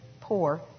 poor